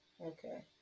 okay